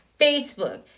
Facebook